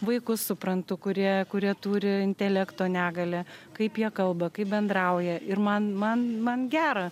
vaikus suprantu kurie kurie turi intelekto negalią kaip jie kalba kaip bendrauja ir man man man gera